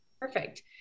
Perfect